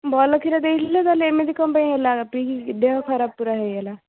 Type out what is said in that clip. ଭଲ କ୍ଷୀର ଦେଇଥିଲେ ତା'ହେଲେ ଏମିତି କ'ଣ ପାଇଁ ହେଲା ପିଇକି ଦେହ ଖରାପ ପୁରା ହେଇଗଲା